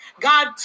God